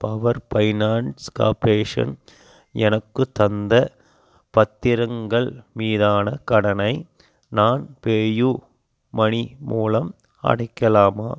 power finance corporation எனக்கு தந்த பத்திரங்கள் மீதான கடனை நான் பேயூமனி மூலம் அடைக்கலாமா